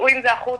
תצאו עם זה החוצה,